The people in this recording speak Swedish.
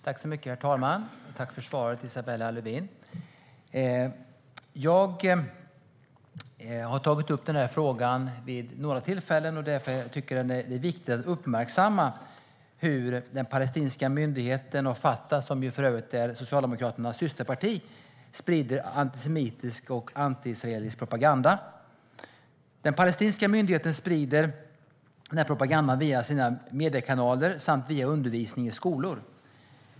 Herr talman! Jag tackar Isabella Lövin för svaret. Jag har tagit upp denna fråga vid några tillfällen därför att jag tycker att det är viktigt att uppmärksamma hur den palestinska myndigheten och Fatah, som för övrigt är Socialdemokraternas systerparti, sprider antisemitisk och antiisraelisk propaganda. Den palestinska myndigheten sprider denna propaganda via sina mediekanaler samt via undervisning i skolor.